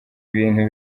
bintu